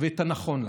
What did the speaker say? ואת הנכון לנו.